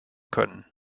können